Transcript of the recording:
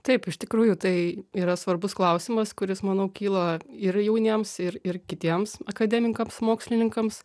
taip iš tikrųjų tai yra svarbus klausimas kuris manau kyla ir jauniems ir ir kitiems akademikams mokslininkams